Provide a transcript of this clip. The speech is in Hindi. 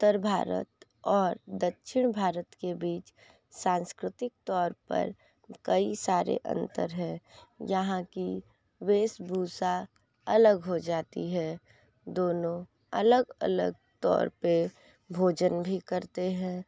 उत्तर भारत और दक्षिण भारत के बीच सांस्कृतिक तौर पर कई सारे अंतर है जहाँ की वेशभूषा अलग हो जाती है दोनों अलग अलग तौर पे भोजन भी करते हैं